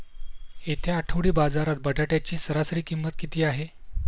येत्या आठवडी बाजारात बटाट्याची सरासरी किंमत किती आहे?